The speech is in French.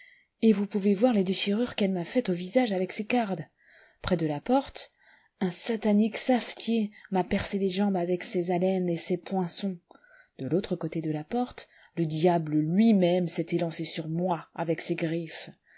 et vous pouvez voir les décliirures qu'elle m'a faites au visage avec ses cardes près de la porte un satanique savetier m'a percé les jambes avec ses alênes et ses poinçons de l'autre côté de la porte le diable luimême s'est élancé sur moi avec ses griffes